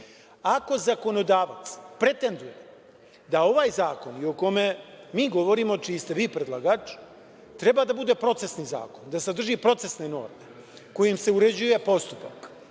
Ako zakonodavac pretenduje da ovaj zakon i o kome mi govorimo, čiji ste vi predlagač, treba da bude procesni zakon, da sadrži procesne norme kojim se uređuje postupak,